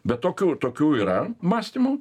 be tokių tokių yra mąstymų